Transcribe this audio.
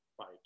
right